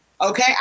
okay